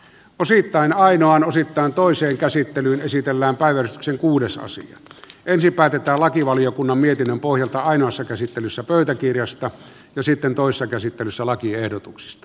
osittain ainoan osittain toiseen käsittelyyn esitellään päivän synkudessasi ensin päätetään lakivaliokunnan mietinnön pohjalta ainoassa käsittelyssä pöytäkirjasta ja sitten toissa käsittelyssä lakiehdotukset